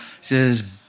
says